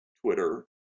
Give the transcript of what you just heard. Twitter